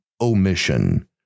omission